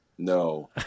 No